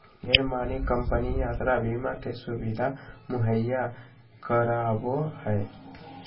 ढेरे मानी कम्पनी यात्रा बीमा के सुविधा मुहैया करावो हय